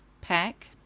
pack